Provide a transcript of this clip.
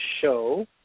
show